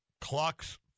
clocks